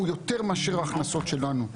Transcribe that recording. הוא יותר מאשר ההכנסות שלנו.